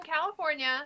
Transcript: California